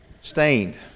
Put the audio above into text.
stained